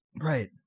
Right